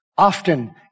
Often